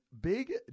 Big